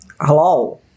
hello